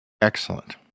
Excellent